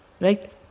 Right